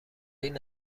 این